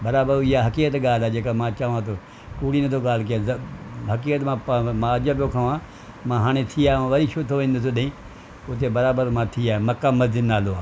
बराबरि इहा हक़ीक़त ॻाल्हि आहे जेका मां चवां थो कूड़ी न थो गाल्हि कयां हक़ीक़त मां मां अजब पियो खावां मां हाणे थी आयो आहियां वरी छो थो वेंदुसि होॾेई हुते बराबरि मां थी आयुमि मका मस्ज़िद नालो आहे